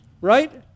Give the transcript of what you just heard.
right